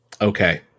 Okay